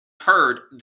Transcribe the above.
heard